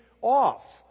off